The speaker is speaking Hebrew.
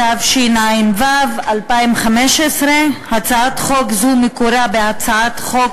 התשע"ו 2015. הצעת חוק זו מקורה בהצעת חוק